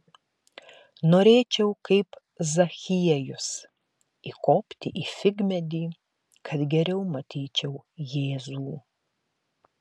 norėčiau kaip zachiejus įkopti į figmedį kad geriau matyčiau jėzų